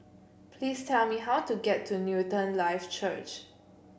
please tell me how to get to Newton Life Church